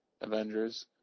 Avengers